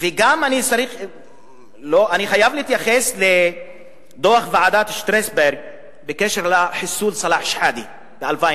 אני חייב להתייחס לדוח ועדת שטרסברג-כהן בקשר לחיסול סאלח שחאדה ב-2002.